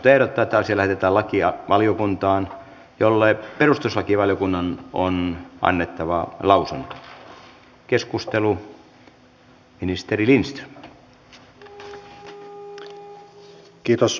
puhemiesneuvosto ehdottaa että asia lähetetään lakivaliokuntaan jolle perustuslakivaliokunnan on annettava lausunto